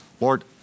Lord